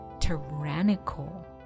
tyrannical